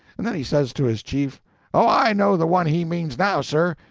and then he says to his chief oh, i know the one he means, now, sir.